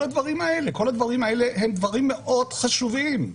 כל הדברים האלה הם דברים מאוד חשובים.